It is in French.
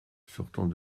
sortant